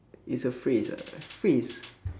is a phrase ah phrase